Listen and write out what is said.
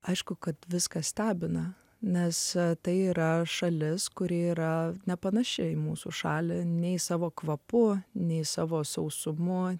aišku kad viskas stebina nes tai yra šalis kuri yra nepanaši į mūsų šalį nei savo kvapu nei savo sausumoje